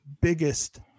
biggest